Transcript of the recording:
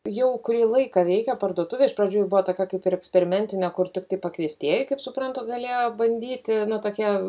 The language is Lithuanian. jau kurį laiką veikia parduotuvė iš pradžių ji buvo tokia kaip ir eksperimentinė kur tiktai pakviestieji kaip suprantu galėjo bandyti na tokie